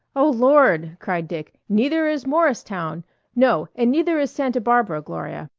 oh, lord! cried dick, neither is morristown no, and neither is santa barbara, gloria.